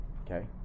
Okay